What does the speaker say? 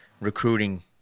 recruiting